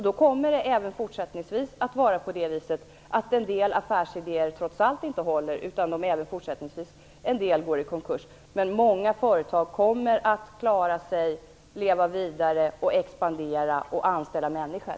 Då kommer det även fortsättningsvis att vara så att en del affärsidéer trots allt inte håller utan företag går i konkurs. Men många företag kommer att klara sig, leva vidare, expandera och anställa fler människor.